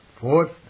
Fourth